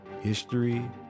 History